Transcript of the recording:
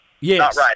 Yes